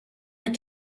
that